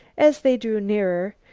as they drew nearer,